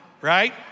right